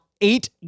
eight